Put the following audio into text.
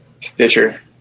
Stitcher